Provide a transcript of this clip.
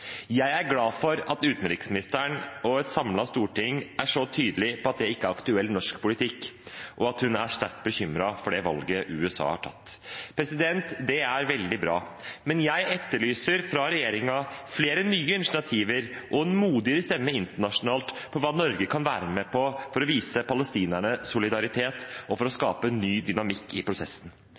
Jeg er glad for at utenriksministeren og et samlet storting er så tydelig på at det ikke er aktuell norsk politikk, og at utenriksministeren er sterkt bekymret for det valget USA har tatt. Det er veldig bra. Men fra regjeringen etterlyser jeg flere nye initiativer og en modigere stemme internasjonalt for hva Norge kan være med på for å vise palestinerne solidaritet og for å skape en ny dynamikk i prosessen.